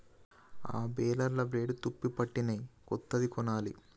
ఆ బేలర్ల బ్లేడ్లు తుప్పుపట్టినయ్, కొత్తది కొనాలి